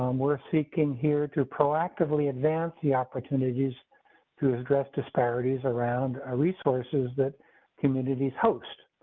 um we're seeking here to proactively advance the opportunities to address disparities around our resources that communities host.